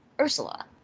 ursula